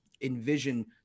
envision